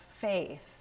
faith